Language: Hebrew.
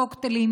קוקטיילים,